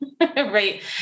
right